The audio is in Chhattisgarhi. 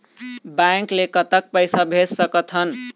बैंक ले कतक पैसा भेज सकथन?